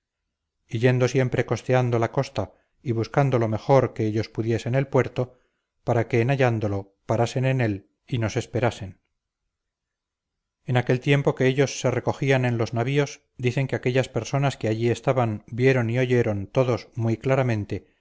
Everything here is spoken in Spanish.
yendo siempre costeando la costa y buscando lo mejor que ellos pudiesen el puerto para que en hallándolo parasen en él y nos esperasen en aquel tiempo que ellos se recogían en los navíos dicen que aquellas personas que allí estaban vieron y oyeron todos muy claramente